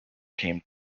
came